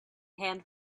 hand